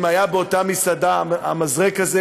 אם היה באותה מסעדה המזרק הזה,